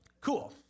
Cool